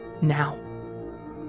now